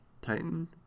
Titan